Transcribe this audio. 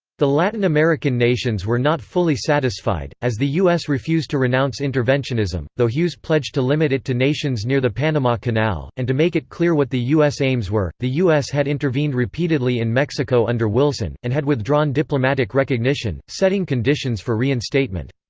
the latin american nations were not fully satisfied, as the u s. refused to renounce interventionism, though hughes pledged to limit it to nations near the panama canal, and to make it clear what the u s. aims were the u s. had intervened repeatedly in mexico under wilson, and had withdrawn diplomatic recognition, setting conditions for reinstatement.